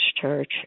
Church